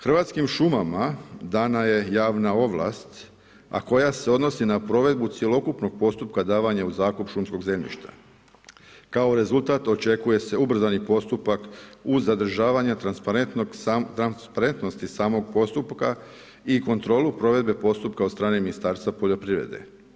Hrvatskim šumama dana je javna ovlast a koja se odnosi na provedbu cjelokupnog postupka davanja u zakup šumskog zemljišta, Kao rezultat očekuje se ubrzani postupak uz zadržavanje transparentnosti samog postupka i kontrolu provedbe postupka od strane Ministarstva poljoprivrede.